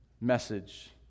message